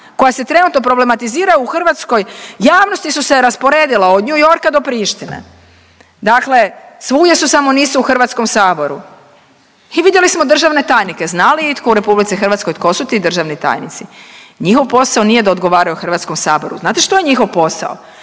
koja se trenutno problematiziraju u hrvatskoj javnosti su se rasporedila od New Yorka do Prištine. Dakle, svugdje su samo nisu u Hrvatskom saboru. I vidjeli smo državne tajnike. Zna li itko u RH tko su ti državni tajnici. Njihov posao nije da odgovaraju Hrvatskom saboru. Znate što je njihov posao?